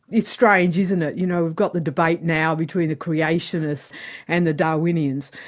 it's strange, isn't it? you know we've got the debate now between the creationists and the darwinians.